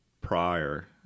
prior